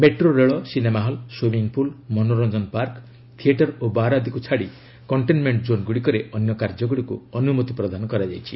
metro ରେଳ cinema hall swimming pool ମନୋର୍ଚ୍ଚକନ park theatre ଓ ବାର୍ ଆଦିକୁ ଛାଡ଼ି କଣ୍ଟେନମେଣ୍ଟ ଜୋନଗୁଡ଼ିକରେ ଅନ୍ୟ କାର୍ଯ୍ୟଗୁଡ଼ିକୁ ଅନୁମତି ପ୍ରଦାନ କରାଯାଇଛି